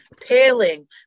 Paling